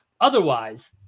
Otherwise